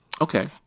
Okay